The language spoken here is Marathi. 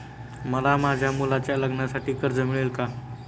मला माझ्या मुलाच्या लग्नासाठी कर्ज मिळेल का?